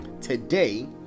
today